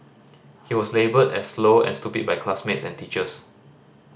he was labelled as slow and stupid by classmates and teachers